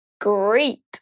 Great